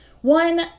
one